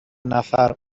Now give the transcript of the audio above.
نفر